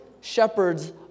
shepherds